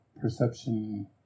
perception